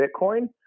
Bitcoin